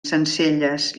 sencelles